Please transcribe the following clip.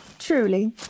Truly